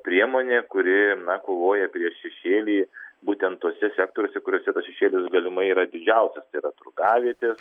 priemonė kuri kovoja prieš šešėlį būtent tuose sektoriuose kuriuose tas šešėlis galimai yra didžiausias tai yra turgavietės